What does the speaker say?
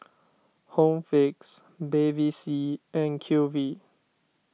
Home Fix Bevy C and Q V